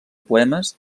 poemes